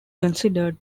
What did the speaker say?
considered